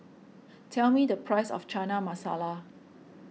tell me the price of Chana Masala